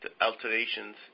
alterations